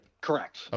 Correct